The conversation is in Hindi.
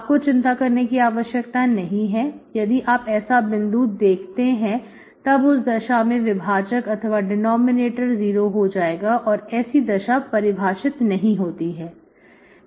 आपको चिंता करने की आवश्यकता नहीं है यदि आप ऐसा कोई बिंदु देखते हैं तब उस दशा में विभाजक अथवा डिनॉमिनेटर 0 हो जाएगा और ऐसी दशा परिभाषित नहीं होती है